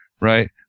right